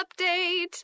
update